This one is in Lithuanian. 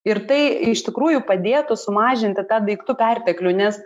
ir tai iš tikrųjų padėtų sumažinti tą daiktų perteklių nes